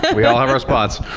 but we all have our spots.